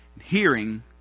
Hearing